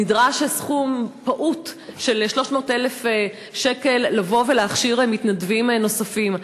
נדרש סכום פעוט של 300,000 שקל כדי להכשיר מתנדבים נוספים.